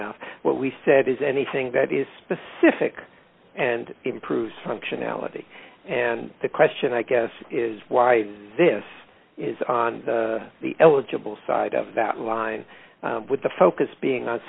that what we said is anything that is specific and improves functionality and the question i guess is why this is on the eligible side of that line with the focus being